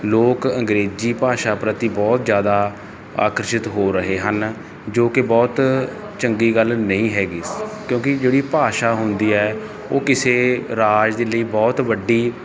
ਲੋਕ ਅੰਗਰੇਜ਼ੀ ਭਾਸ਼ਾ ਪ੍ਰਤੀ ਬਹੁਤ ਜ਼ਿਆਦਾ ਆਕਰਸ਼ਿਤ ਹੋ ਰਹੇ ਹਨ ਜੋ ਕਿ ਬਹੁਤ ਚੰਗੀ ਗੱਲ ਨਹੀਂ ਹੈਗੀ ਕਿਉਂਕਿ ਜਿਹੜੀ ਭਾਸ਼ਾ ਹੁੰਦੀ ਹੈ ਉਹ ਕਿਸੇ ਰਾਜ ਦੇ ਲਈ ਬਹੁਤ ਵੱਡੀ